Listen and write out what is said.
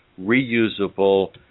reusable